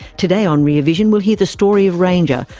today on rear vision we'll hear the story of ranger,